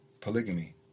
polygamy